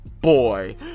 Boy